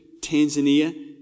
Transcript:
Tanzania